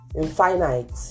Infinite